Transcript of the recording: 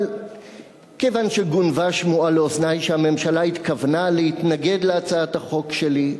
אבל כיוון שגונבה שמועה לאוזני שהממשלה התכוונה להתנגד להצעת החוק שלי,